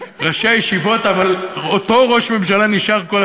שמציתי האסם ברחו והשאירו את הדברים לקרוס